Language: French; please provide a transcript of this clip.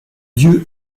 dieux